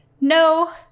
no